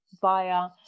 via